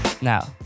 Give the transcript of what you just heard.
Now